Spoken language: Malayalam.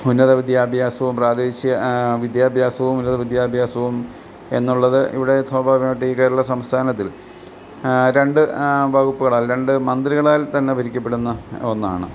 ഉന്നത വിദ്യാഭ്യാസവും പ്രാദേശിക വിദ്യാഭ്യാസവും ഉന്നത വിദ്യാഭ്യാസവും എന്നുള്ളത് ഇവിടെ സ്വാഭാവികമായിട്ടും ഈ കേരള സംസ്ഥാനത്തിൽ രണ്ട് വകുപ്പുകളാൽ രണ്ട് മന്ത്രികളാൽത്തന്നെ ഭരിക്കപ്പെടുന്ന ഒന്നാണ്